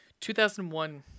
2001